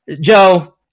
Joe